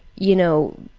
you know,